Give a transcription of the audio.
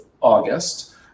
August